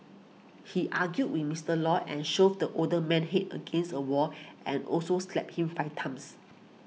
he argued with Mister Lew and shoved the older man's head against a wall and also slapped him five times